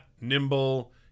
nimble